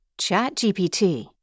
ChatGPT